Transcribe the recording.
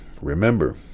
remember